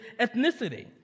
ethnicity